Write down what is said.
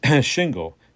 shingle